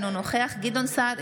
אינו נוכח גדעון סער,